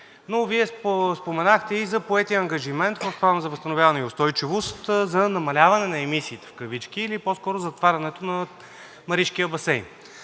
Вие споменахте и за поетия ангажимент в Плана за възстановяване и устойчивост за намаляване на емисиите в кавички или по-скоро затварянето на Маришкия басейн.